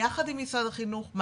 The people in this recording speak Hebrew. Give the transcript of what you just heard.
יחד עם משרד החינוך,